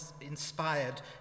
inspired